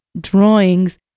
drawings